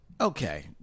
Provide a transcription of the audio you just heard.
Okay